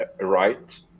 right